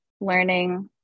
learning